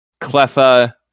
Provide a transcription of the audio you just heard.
Cleffa